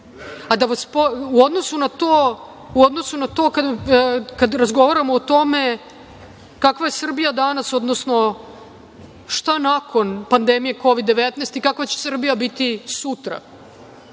odnosu na to kada razgovaramo o tome kakva je Srbija danas, odnosno šta nakon pandemije Kovid 19 i kakva će Srbija biti sutra,